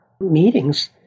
meetings